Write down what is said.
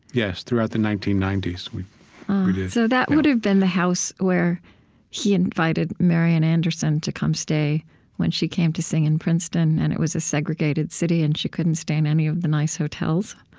yes, throughout the nineteen ninety s we did so that would have been the house where he invited marian anderson to come stay when she came to sing in princeton, and it was a segregated city, and she couldn't stay in any of the nice hotels